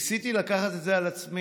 ניסיתי לקחת את זה על עצמי,